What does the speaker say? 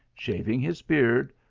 shaving his beard,